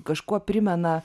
kažkuo primena